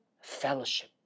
fellowship